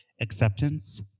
Acceptance